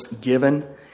given